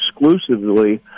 exclusively